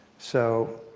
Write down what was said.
so